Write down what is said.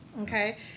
Okay